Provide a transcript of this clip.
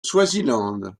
swaziland